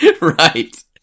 Right